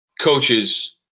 coaches